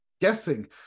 guessing